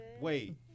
wait